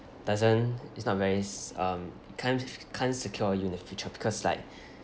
doesn't it's not very s~ um can't can't secure you in the future because like